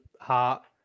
heart